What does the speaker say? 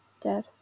Dead